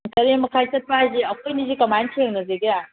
ꯇꯔꯦꯠ ꯃꯈꯥꯏ ꯆꯠꯄ ꯍꯥꯏꯁꯦ ꯑꯩꯈꯣꯏ ꯑꯅꯤꯁꯦ ꯀꯃꯥꯏꯅ ꯊꯦꯡꯅꯁꯤꯒꯦ